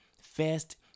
first